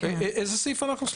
איזה סעיף אנחנו?